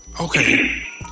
Okay